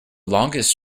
longest